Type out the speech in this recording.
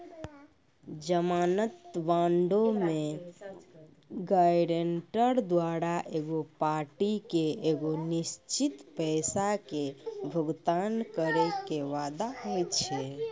जमानत बांडो मे गायरंटर द्वारा एगो पार्टी के एगो निश्चित पैसा के भुगतान करै के वादा होय छै